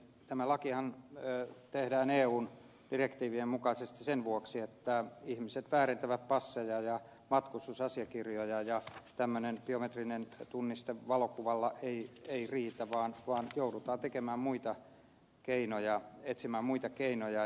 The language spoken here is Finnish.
tämä lakihan tehdään eun direktiivien mukaisesti sen vuoksi että ihmiset väärentävät passeja ja matkustusasiakirjoja ja tämmöinen biometrinen tunniste valokuvalla ei riitä vaan joudutaan etsimään muita keinoja